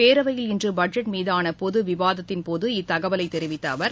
பேரவையில் இன்று பட்ஜெட் மீதான பொது விவாதத்தின் போது இத்தகவலை தெரிவித்த அவர்